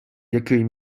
який